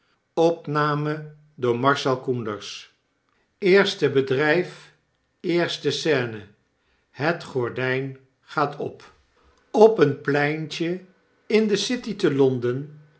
te zien eerste bedeijf het gordijn gaat op op een pleintje in de city telonden